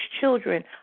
children